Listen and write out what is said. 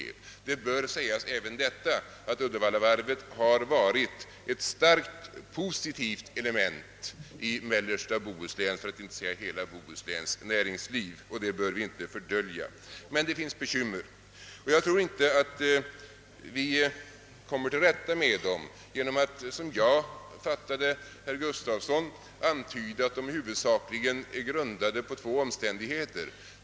Även det bör sägas, att Uddevallavarvet har varit ett starkt positivt element i mellersta för att inte säga hela Bohusläns näringsliv. Men det finns bekymmer och jag tror inte att vi kommer till rätta med dem genom att — som jag fattade herr Gustafsson — antyda att de huvudsakligen är grundade på två omständigheter.